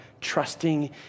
trusting